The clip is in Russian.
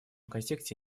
контексте